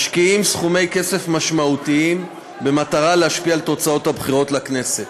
משקיעים סכומי כסף משמעותיים במטרה להשפיע על תוצאות הבחירות לכנסת,